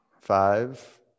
Five